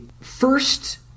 first